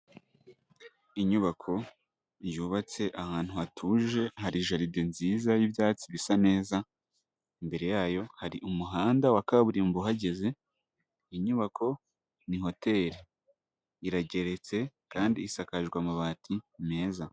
Inyubako yubatse ahantu hatuje, hari jaride nziza y'ibyatsi bisa neza, imbere yayo hari umuhanda wa kaburimbo uhahagize, inyubako ni hoteri, irageretse kandi isakajwe amabati meza.